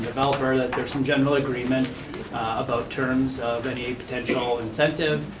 developer that they're some general agreement about terms, ready-aid potential incentive,